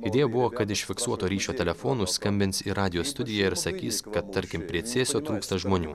idėja buvo kad iš fiksuoto ryšio telefonų skambins į radijo studiją ir sakys kad tarkim prie cėsio trūksta žmonių